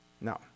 No